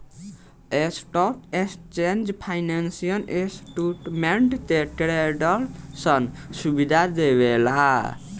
stock exchange financial instrument के ट्रेडरसन सुविधा देवेला